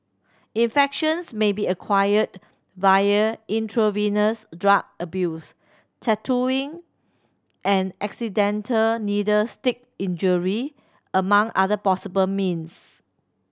infections may be acquired via intravenous drug abuse tattooing and accidental needle stick injury among other possible means